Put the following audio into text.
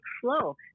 flow